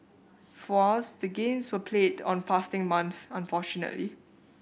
for us the games were played on fasting month unfortunately